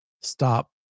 stop